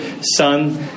Son